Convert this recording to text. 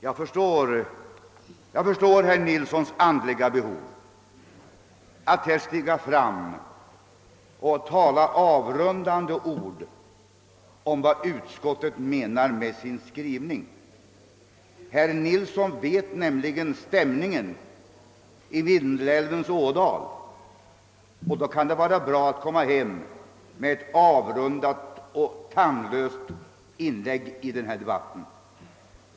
Jag förstår herr Nilssons andliga behov av att här stiga fram och tala avrundande ord om vad utskottet menar med sin skrivning. Herr Nilsson vet nämligen hur stämningen är uppe i Vindelälvsdalen, och då kan det vara bra att komma hem med ett avrundat och tandlöst inlägg i den här debatten.